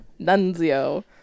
Nunzio